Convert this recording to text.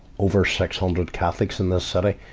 over six hundred catholics in the city.